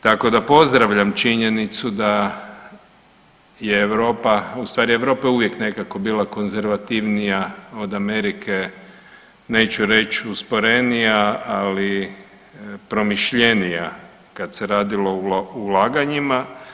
Tako da pozdravljam činjenicu da je Europa, u stvari Europa je uvijek nekako bila konzervativnija od Amerike, neću reći usporenija, ali promišljenija kad se radilo o ulaganjima.